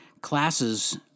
classes